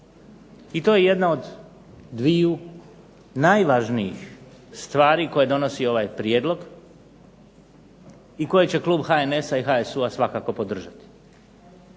I to je jedna od dviju najvažnijih stvari koje donosi ovaj prijedlog i koji će klub HNS-a i HSU-a svakako podržati.